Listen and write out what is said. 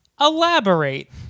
Elaborate